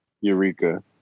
Eureka